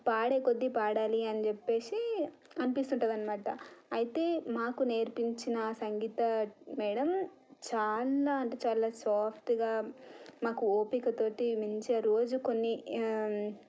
పాడే కొద్ది పాడాలి అని చెప్పేసి అనిపిస్తుంటుంది అన్నమాట అయితే మాకు నేర్పించిన సంగీత మేడం చాలా అంటే చాలా సాఫ్ట్గా మాకు ఓపికతోటి మంచిగా రోజు కొన్ని